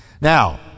Now